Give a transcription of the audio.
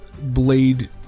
blade